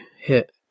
hit